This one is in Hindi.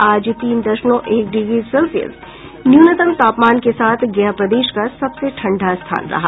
आज तीन दशमलव एक डिग्री सेल्सियस न्यूनतम तापमान के साथ गया प्रदेश का सबसे ठंडा स्थान रहा